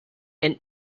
and